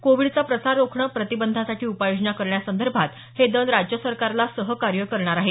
कोविडचा प्रसार रोखणं प्रतिबंधासाठी उपाययोजना करण्यासंदर्भात हे दल राज्य सरकारला सहकार्य करणार आहेत